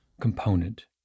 component